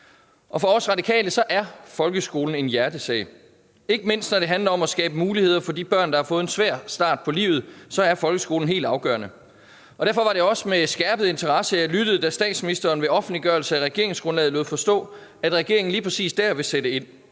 For os i Radikale Venstre er folkeskolen en hjertesag. Ikke mindst når det handler om at skabe muligheder for de børn, der har fået en svær start på livet, er folkeskolen helt afgørende. Derfor var det også med skærpet interesse, jeg lyttede, da statsministeren ved offentliggørelsen af regeringsgrundlaget lod forstå, at regeringen vil sætte ind